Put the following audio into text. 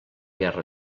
guerra